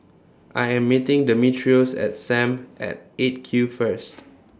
I Am meeting Demetrios At SAM At eight Q First